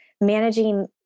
managing